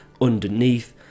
Underneath